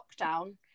lockdown